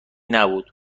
نبود